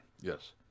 Yes